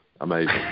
Amazing